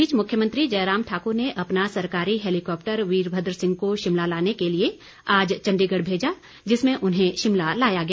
इस बीच मुख्यमंत्री जयराम ठाकुर ने अपना सरकारी हेलिकॉप्टर वीरभद्र सिंह को शिमला लाने के लिए आज चंडीगढ़ भेजा जिसमें उन्हें शिमला लाया गया